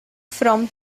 from